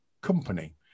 company